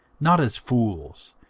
not as fools,